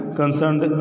concerned